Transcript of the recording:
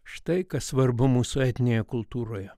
štai kas svarbu mūsų etninėje kultūroje